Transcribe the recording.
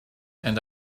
and